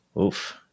oof